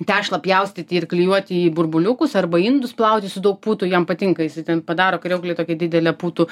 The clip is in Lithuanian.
tešlą pjaustyti ir klijuoti į burbuliukus arba indus plauti su daug putų jam patinka jisai ten padaro kriauklėj tokią didelę putų